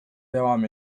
devam